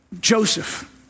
Joseph